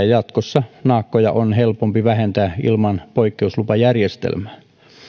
jatkossa naakkoja on helpompi vähentää ilman poikkeuslupajärjestelmää